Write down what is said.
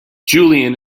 julian